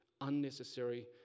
Unnecessary